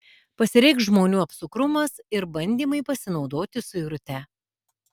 pasireikš žmonių apsukrumas ir bandymai pasinaudoti suirute